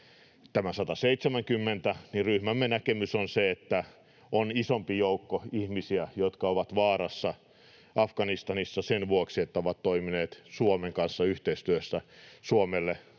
nämä 170, niin ryhmämme näkemys on se, että on isompi joukko ihmisiä, jotka ovat vaarassa Afganistanissa sen vuoksi, että ovat toimineet Suomen kanssa yhteistyössä, Suomen